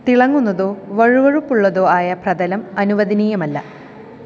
തിളങ്ങുന്നതോ വഴുവഴുപ്പുള്ളതോ ആയ പ്രതലം അനുവദനീയമല്ല